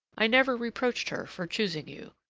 i never reproached her for choosing you.